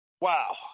wow